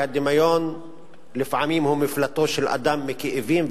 שהדמיון לפעמים הוא מפלטו של אדם מכאבים,